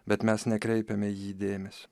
bet mes nekreipiame į jį dėmesio